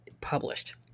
published